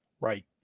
Right